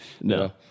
No